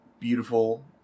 beautiful